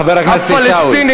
חבר הכנסת עיסאווי.